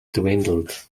dwindled